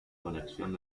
conexión